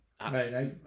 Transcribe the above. Right